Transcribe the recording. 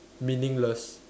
meaningless